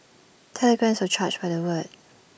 telegrams were charged by the word